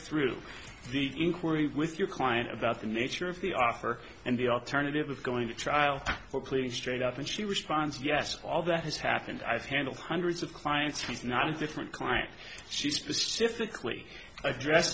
inquiry with your client about the nature of the offer and the alternative of going to trial or pleading straight out and she responds yes all that has happened i've handled hundreds of clients she's not a different client she specifically i dress